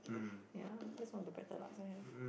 ya that's one of the better lucks I have